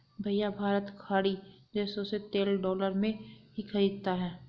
भैया भारत खाड़ी देशों से तेल डॉलर में ही खरीदता है